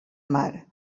mar